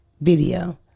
video